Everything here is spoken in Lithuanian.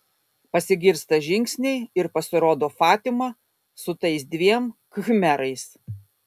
pasigirsta žingsniai ir pasirodo fatima su tais dviem khmerais